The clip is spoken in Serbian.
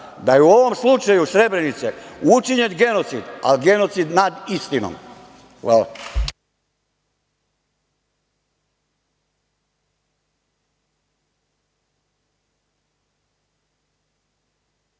da je u ovom slučaju Srebrenice učinjen genocid, ali genocid nad istinom. Hvala.